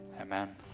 Amen